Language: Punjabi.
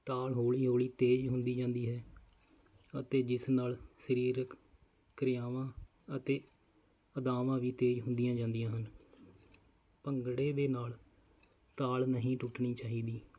ਤਾਲ ਹੌਲੀ ਹੌਲੀ ਤੇਜ਼ ਹੁੰਦੀ ਜਾਂਦੀ ਹੈ ਅਤੇ ਜਿਸ ਨਾਲ ਸਰੀਰਕ ਕਿਰਿਆਵਾਂ ਅਤੇ ਅਦਾਵਾਂ ਵੀ ਤੇਜ਼ ਹੁੰਦੀਆਂ ਜਾਂਦੀਆਂ ਹਨ ਭੰਗੜੇ ਦੇ ਨਾਲ ਤਾਲ ਨਹੀਂ ਟੁੱਟਣੀ ਚਾਹੀਦੀ